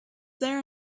there